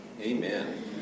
Amen